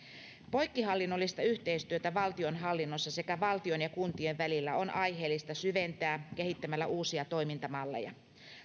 poikkihallinnollista yhteistyötä valtionhallinnossa sekä valtion ja kuntien välillä on aiheellista syventää kehittämällä uusia toimintamalleja